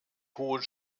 hohen